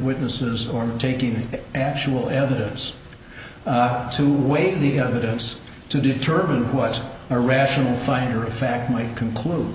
witnesses or me taking actual evidence to weigh the evidence to determine what a rational finder of fact me completely